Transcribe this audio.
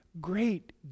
great